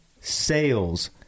Sales